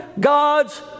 God's